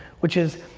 which is,